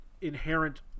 inherent